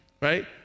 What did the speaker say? right